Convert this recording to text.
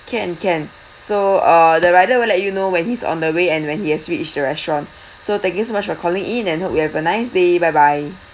can can so uh the rider will let you know when he's on the way and when he has reached the restaurant so thank you so much for calling in and hope you have a nice day bye bye